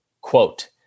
Quote